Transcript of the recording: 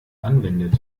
anwendet